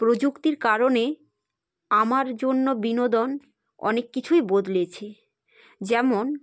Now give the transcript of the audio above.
প্রযুক্তির কারণে আমার জন্য বিনোদন অনেক কিছুই বদলেছে যেমন